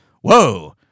Whoa